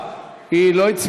שלי יחימוביץ,